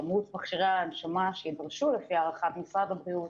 כמות מכשירי הנשמה שיידרשו לפי הערכת משרד הבריאות,